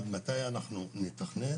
עד מתי אנחנו נתכנן,